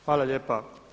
Hvala lijepa.